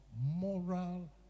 moral